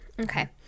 Okay